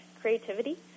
creativity